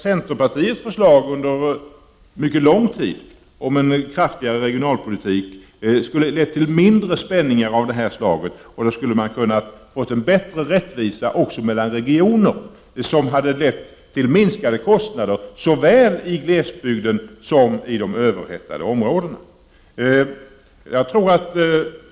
Centerns förslag under mycket lång tid om en kraftigare regionalpolitik skulle ha minskat spänningar av det här slaget, och man skulle ha kunnat få en bättre rättvisa också mellan regioner, vilket hade lett till minskade kostnader såväl i glesbygd som i de överhettade områdena.